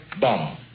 bomb